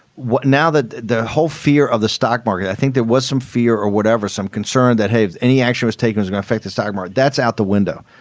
what now that the whole fear of the stock market? i think there was some fear or whatever, some concern that haved any action was taken is going to affect the cybermart that's out the window.